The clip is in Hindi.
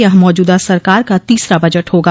यह मौजूदा सरकार का तीसरा बजट होगा